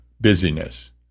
busyness